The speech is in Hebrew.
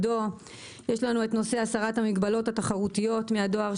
יש לנו את נושא הסרת המגבלות התחרותיות מהדואר,